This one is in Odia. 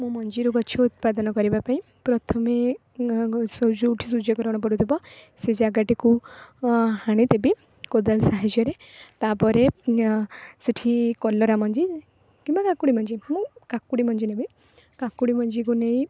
ମୁଁ ମଞ୍ଜିରୁ ଗଛ ଉତ୍ପାଦନ କରିବାପାଇଁ ପ୍ରଥମେ ସୂ ଯେଉଁଠି ସୂର୍ଯ୍ୟ କିରଣ ପଡ଼ୁଥିବ ସେ ଜାଗାଟିକୁ ହାଣି ଦେବି କୋଦାଳ ସାହାଯ୍ୟରେ ତାପରେ ଇଁଅ ସେଠି କଲରାମଞ୍ଜି କିମ୍ବା କାକୁଡ଼ିମଞ୍ଜି ମୁଁ କାକୁଡ଼ିମଞ୍ଜି ନେବି କାକୁଡ଼ିମଞ୍ଜିକୁ ନେଇ